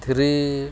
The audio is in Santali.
ᱫᱷᱤᱨᱤ